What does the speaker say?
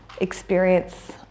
experience